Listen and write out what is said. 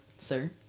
sir